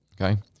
Okay